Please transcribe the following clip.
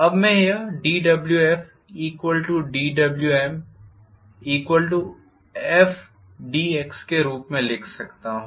अब मैं यह dWfdWmFdx के रूप में लिख सकता हूँ